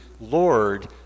Lord